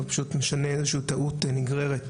ופשוט הוא משנה איזושהי טעות נגררת